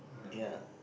ya